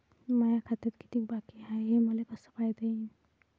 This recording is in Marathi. माया खात्यात कितीक बाकी हाय, हे मले कस पायता येईन?